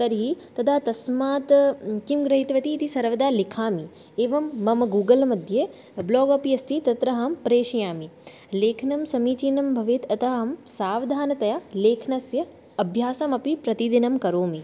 तर्हि तदा तस्मात् किं गृहीतवती सर्वदा लिखामि एवं मम गुगल्मध्ये ब्लोग् अपि अस्ति तत्र अहं प्रेषयामि लेखनं समीचीनं भवेत् अतः अहं सावधानतया लेखनस्य अभ्यासमपि प्रतिदिनं करोमि